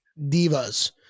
Divas